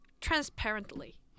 transparently